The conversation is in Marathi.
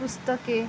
पुस्तके